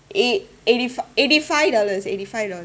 eight eighty eighty five dollars eighty five dollars